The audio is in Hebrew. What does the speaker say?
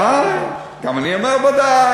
בוודאי, גם אני אומר ודאי.